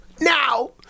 Now